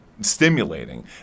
stimulating